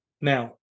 Now